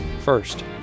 First